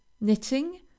knitting